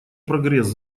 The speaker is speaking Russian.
прогресс